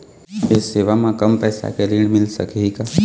ये सेवा म कम पैसा के ऋण मिल सकही का?